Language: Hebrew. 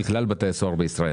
לגבי כלל בתי הסוהר בישראל.